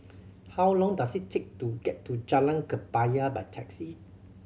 how long does it take to get to Jalan Kebaya by taxi